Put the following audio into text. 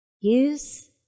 Use